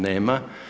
Nema.